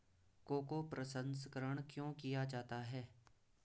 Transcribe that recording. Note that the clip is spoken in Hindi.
कोको प्रसंस्करण क्यों किया जाता है?